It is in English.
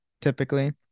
typically